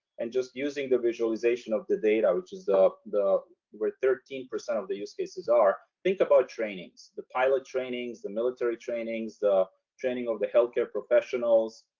and just using the visualization of the data, which is the way thirteen percent of the use cases are think about trainings, the pilot trainings, the military trainings, the training of the healthcare professionals,